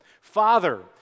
Father